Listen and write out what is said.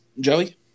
Joey